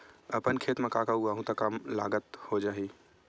अपन खेत म का का उगांहु त कम लागत म हो जाही?